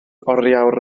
oriawr